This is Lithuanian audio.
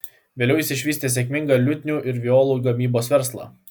vėliau jis išvystė sėkmingą liutnių ir violų gamybos verslą